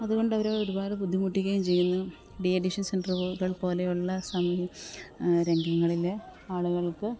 അത്കൊണ്ട് അവർ ഒരുപാട് ബുദ്ധിമുട്ടുകയും ചെയ്യുന്നു ഡീയഡിഷന് സെന്ററുകൾ പോലെയുള്ള രംഗങ്ങളിൽ ആള്കള്ക്ക്